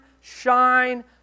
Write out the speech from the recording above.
shine